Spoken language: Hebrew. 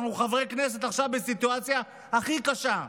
אנחנו חברי כנסת עכשיו בסיטואציה הכי קשה,